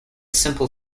simple